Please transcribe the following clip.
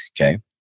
Okay